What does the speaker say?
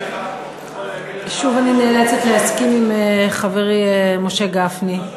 שוב אני נאלצת להסכים עם חברי משה גפני.